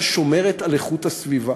ששומרת על איכות הסביבה.